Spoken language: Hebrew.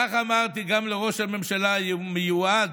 כך אמרתי גם לראש הממשלה המיועד,